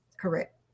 correct